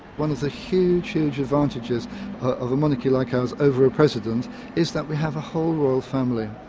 one of the huge, huge advantages of a monarchy like ours over a president is that we have a whole royal family,